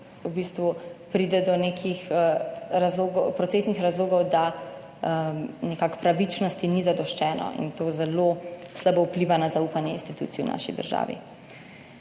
v bistvu pride do nekih procesnih razlogov, da nekako pravičnosti ni zadoščeno in to zelo slabo vpliva na zaupanje institucij v naši državi.